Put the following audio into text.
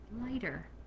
lighter